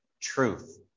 truth